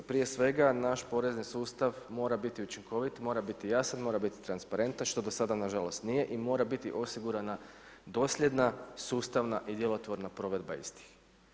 Prije svega, naš porezni sustav mora biti učinkovit, mora biti jasan, mora biti transparentan što do sada nažalost nije i mora biti osigurana dosljedna, sustavna i djelotvorna provedba istih.